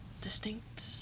distinct